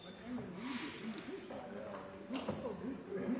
Da kan vi i